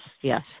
yes